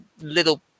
little